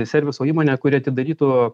serviso įmonę kuri atidarytų